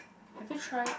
have you try